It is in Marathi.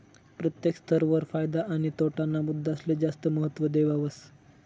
प्रत्येक स्तर वर फायदा आणि तोटा ना मुद्दासले जास्त महत्व देवावस